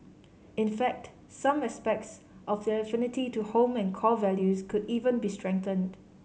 in fact some aspects of their affinity to home and core values could even be strengthened